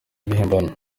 ibihimbano